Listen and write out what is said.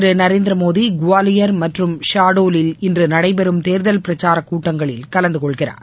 திருநரேந்திரமோடிகுவாலியர் மற்றும் ஷாடாலில் பிரதமர் இன்றுடைபெறும் தேர்தல் பிரச்சாரகூட்டங்களில் கலந்துகொள்கிறார்